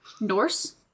Norse